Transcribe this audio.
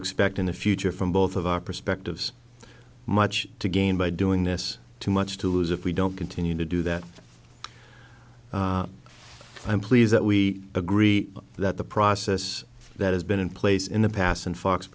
expect in the future from both of our perspectives much to gain by doing this too much to lose if we don't continue to do that i'm pleased that we agree that the process that has been in place in the past